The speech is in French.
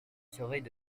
surveille